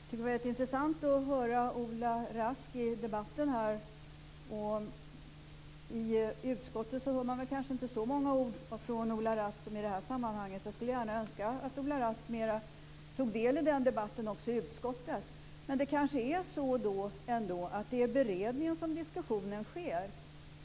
Fru talman! Jag tycker att det var intressant att höra Ola Rask i debatten. I utskottet hör man kanske inte så många ord från Ola Rask som i det här sammanhanget. Jag skulle gärna önska att Ola Rask mer tog del i debatten också i utskottet. Men det kanske ändå är i beredningen som diskussionen sker.